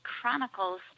chronicles